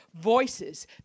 voices